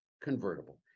convertible